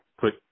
put